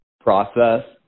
process